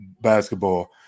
basketball